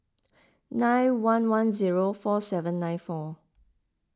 nine one one zero four seven nine four